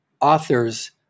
authors